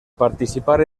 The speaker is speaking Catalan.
participar